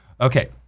Okay